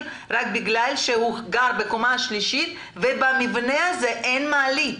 רק בגלל שהוא גר בקומה השלישית ובמבנה אין מעלית.